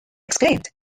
exclaimed